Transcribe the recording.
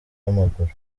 w’amaguru